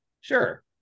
Sure